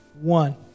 One